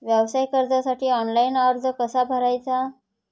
व्यवसाय कर्जासाठी ऑनलाइन अर्ज कसा भरायचा?